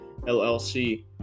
LLC